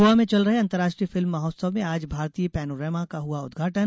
गोवा में चल रहे अंतर्राष्ट्रीय फिल्म महोत्सव में आज भारतीय पैनोरमा का हुआ उद्घाटन